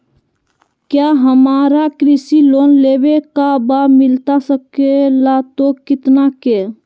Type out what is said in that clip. क्या हमारा कृषि लोन लेवे का बा मिलता सके ला तो कितना के?